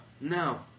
No